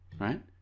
right